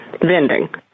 vending